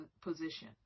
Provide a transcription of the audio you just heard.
position